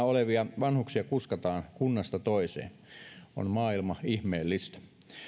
olevia vanhuksia kuskataan kunnasta toiseen on maailma ihmeellistä